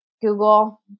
Google